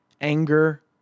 anger